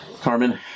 Carmen